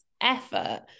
effort